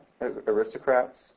aristocrats